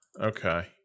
Okay